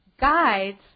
guides